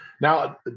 now